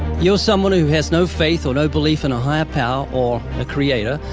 you're someone who who has no faith or no belief in a higher power or a creator,